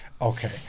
Okay